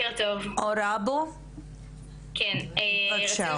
אור אבו, בבקשה.